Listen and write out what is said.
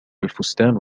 الفستان